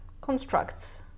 constructs